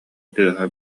тыаһа